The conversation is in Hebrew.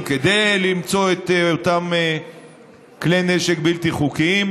כדי למצוא את אותם כלי נשק בלתי חוקיים,